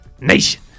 Nation